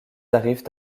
arrivent